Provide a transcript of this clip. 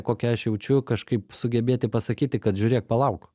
kokią aš jaučiu kažkaip sugebėti pasakyti kad žiūrėk palauk